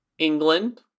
England